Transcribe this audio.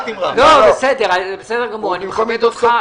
בסדר גמור, אני מכבד אותך.